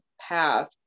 path